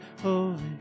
holy